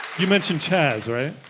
you mentioned chaz, right?